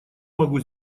могу